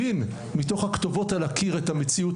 מתוך הכתובות על הקיר הבין את המציאות,